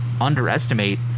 underestimate